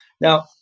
Now